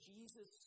Jesus